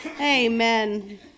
Amen